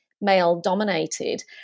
male-dominated